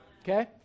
Okay